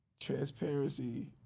transparency